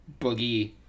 Boogie